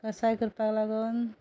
कसाय करपा लागोन